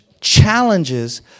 challenges